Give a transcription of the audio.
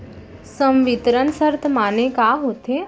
संवितरण शर्त माने का होथे?